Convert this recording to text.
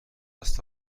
دست